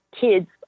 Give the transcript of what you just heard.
kids